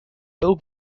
bill